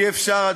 אי-אפשר,